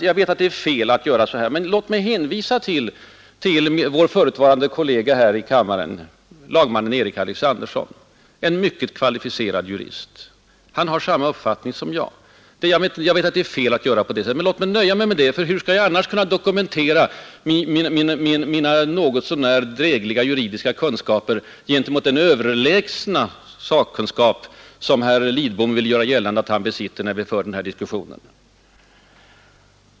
Jag vet att det är fel att göra så, men låt mig ändå hänvisa till vår förutvarande riksdagskollega, lagmannen Erik Alexanderson, en mycket mer kvalificerad jurist än jag. Han har samma uppfattning om den fråga vi nu debatterar som jag har. Låt mig ger, att jag måste hänvisa till honom, ty hur skall jag annars kunna dokumentera mina juridiska kunskaper mot den överlägsna sakkunskap som herr Lidbom vill göra gällande att han besitter när vi i dag för denna debatt?